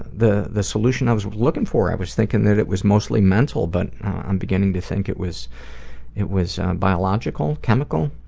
the the solution i was was looking for. for. i was thinking that it was mostly mental, but i'm beginning to think it was it was biological, chemical,